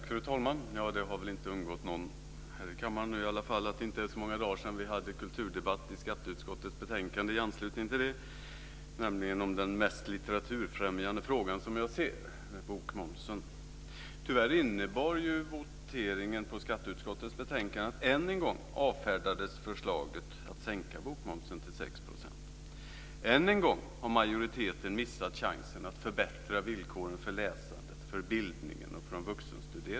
Fru talman! Det har väl inte undgått någon i kammaren att det inte är så många dagar sedan vi hade en kulturdebatt i anslutning till debatten om skatteutskottets betänkande, nämligen den mest litteraturbefrämjande frågan som finns, dvs. bokmomsen. Tyvärr innebar voteringen av skatteutskottets betänkande att än en gång avfärdades förslaget att sänka bokmomsen till 6 %. Än en gång har majoriteten missat chansen att förbättra villkoren för läsandet, för bildningen och för de vuxenstuderande.